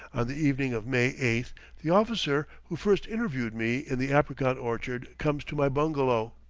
on the evening of may eighth, the officer who first interviewed me in the apricot orchard comes to my bungalow,